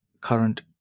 current